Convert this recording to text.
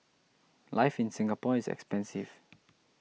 life in Singapore is expensive